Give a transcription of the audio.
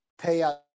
payout